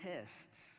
tests